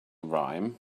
rhyme